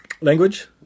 Language